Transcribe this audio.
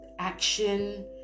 action